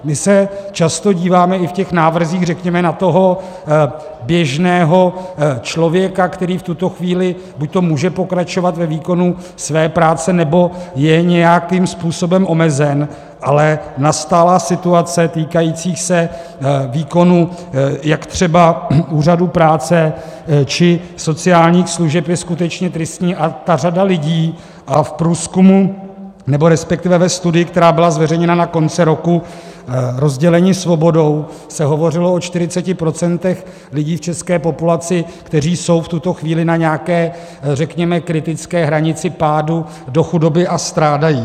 My se často díváme i v návrzích, řekněme, na toho běžného člověka, který v tuto chvíli buďto může pokračovat ve výkonu své práce, nebo je nějakým způsobem omezen, ale nastalá situace týkající se výkonu jak třeba úřadů práce, či sociálních služeb je skutečně tristní a je řada lidí, a ve studii, která byla zveřejněna na konci roku, Rozděleni svobodou se hovořilo o 40 % lidí v české populaci, kteří jsou v tuto chvíli na nějaké kritické hranici pádu do chudoby a strádají.